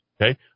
okay